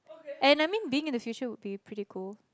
and I mean being in the future would be pretty cool